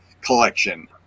collection